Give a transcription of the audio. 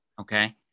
Okay